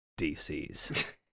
DCs